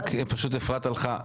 פשוט אפרת הלכה,